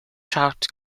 trout